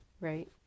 right